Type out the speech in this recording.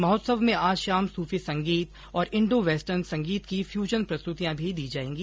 महोत्सव में आज शाम सूफी संगीत और इण्डो वेस्टर्न संगीत की फ्यूजन प्रस्तुतियां भी दी जायेंगी